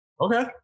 Okay